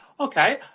Okay